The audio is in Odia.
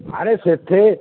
ଆରେ ସେଠି